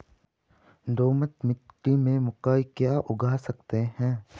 दोमट मिट्टी में म ैं क्या क्या उगा सकता हूँ?